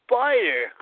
Spider